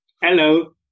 hello